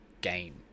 game